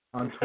on